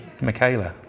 Michaela